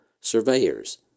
surveyors